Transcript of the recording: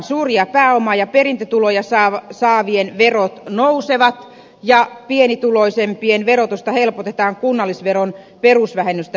suuria pääoma ja perintötuloja saavien verot nousevat ja pienituloisempien verotusta helpotetaan kunnallisveron perusvähennystä nostamalla